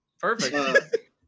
perfect